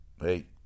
Hey